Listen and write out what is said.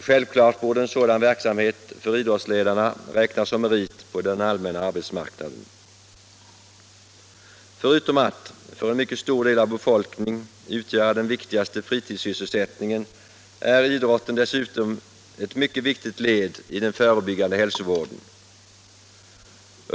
Självfallet borde en sådan verksamhet för idrottsledarna räknas som merit på den allmänna arbetsmarknaden. Förutom att idrotten är den viktigaste fritidssysselsättningen för en mycket stor del av vår befolkning är den dessutom ett mycket viktigt led i den förebyggande hälsovården.